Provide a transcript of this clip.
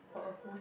for a full